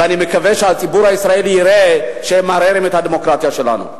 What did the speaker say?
ואני מקווה שהציבור הישראלי יראה שמערערים את הדמוקרטיה שלנו.